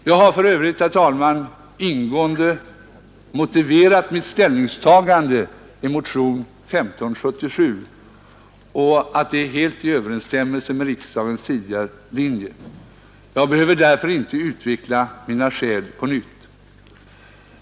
Jag har för övrigt, herr talman, i motionen 1577 ingående motiverat mitt ställningstagande, som är helt i överensstämmelse med riksdagens tidigare linje. Jag behöver därför inte utveckla mina skäl på nytt.